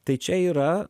tai čia yra